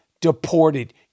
deported